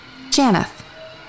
Janeth